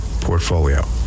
portfolio